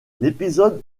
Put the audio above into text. l’épisode